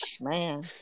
Man